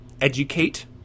educate